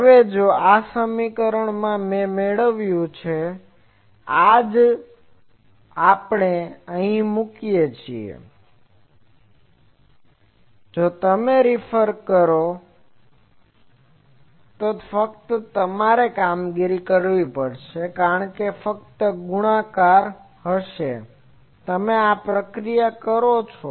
હવે જો આ સમીકરણ મેં અહીં મેળવ્યું છે આ જો આપણે અહીં મૂકીએ જો તમે તે કરો ફક્ત તમારે આ કામગીરી કરવી પડશે કારણ કે આ ફક્ત ગુણાકાર હશે તમે આ પ્રક્રિયા કરો છો